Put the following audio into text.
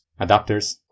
adapters